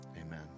Amen